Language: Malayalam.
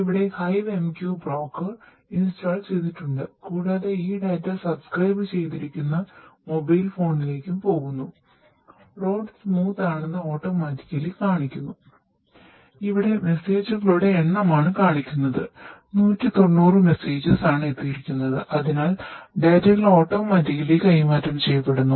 ഇവിടെ മെസ്സേജുകളുടെ കൈമാറ്റം ചെയ്യപ്പെടുന്നു